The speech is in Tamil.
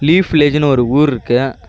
லீஃப் வில்லேஜுன்னு ஒரு ஊர் இருக்குது